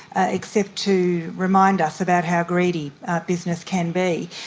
ah except to remind us about how greedy business can be.